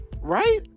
right